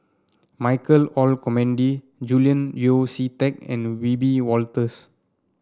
Michael Olcomendy Julian Yeo See Teck and Wiebe Wolters